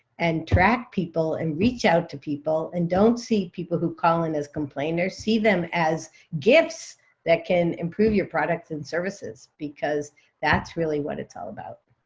and track people, and reach out to people. and don't see people who call in as complainers. see them as gifts that can improve your products and services, because that's really what it's all about.